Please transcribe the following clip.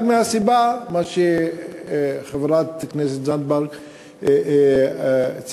רק מהסיבה שחברת הכנסת זנדברג ציטטה,